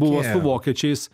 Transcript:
buvo su vokiečiais